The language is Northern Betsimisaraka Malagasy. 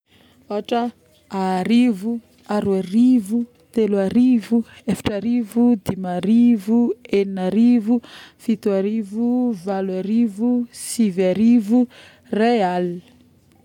ôtra, arivo, aroarivo, teloarivo, eftrarivo, dimarivo, egninarivo, fitoarivo, valoarivo, sivarivo, irary aligny